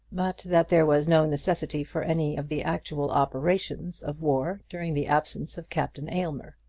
but that there was no necessity for any of the actual operations of war during the absence of captain aylmer.